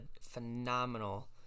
phenomenal